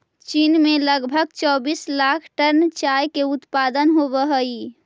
चीन में लगभग चौबीस लाख टन चाय के उत्पादन होवऽ हइ